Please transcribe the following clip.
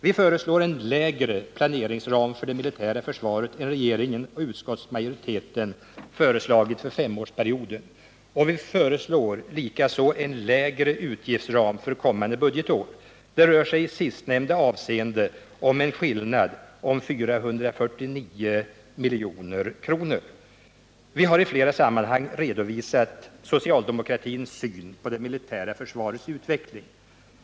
Vi föreslår en lägre planeringsram för det militära försvaret än regeringen och utskottsmajoriteten föreslagit för femårsperioden, och vi föreslår likaså en lägre utgiftsram för kommande budgetår. Det rör sig i sistnämnda avseende om en skillnad på 449 milj.kr. Vi har i flera sammanhang redovisat socialdemokratins syn på det militära försvarets utveckling.